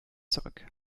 zurück